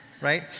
right